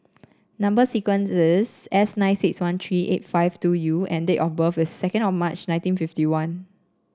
number sequence is S nine six one three eight five two U and date of birth is second of March nineteen fifty one